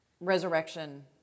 Resurrection